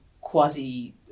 quasi